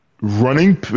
running